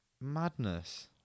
Madness